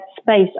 space